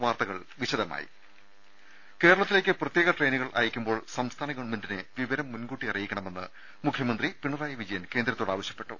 വാർത്തകൾ വിശദമായി കേരളത്തിലേക്ക് പ്രത്യേക ട്രെയിനുകൾ അയക്കുമ്പോൾ സംസ്ഥാന ഗവൺമെന്റിനെ വിവരം മുൻകൂട്ടി അറിയിക്കണമെന്ന് മുഖ്യമന്ത്രി പിണറായി വിജയൻ കേന്ദ്രത്തോട് ആവശ്യപ്പെട്ടു